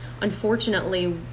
unfortunately